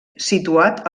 situat